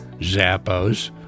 Zappos